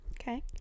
Okay